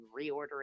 reordering